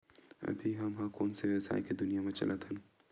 अभी हम ह कोन सा व्यवसाय के दुनिया म चलत हन?